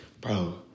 bro